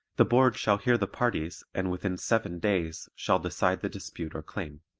the board shall hear the parties and within seven days shall decide the dispute or claim.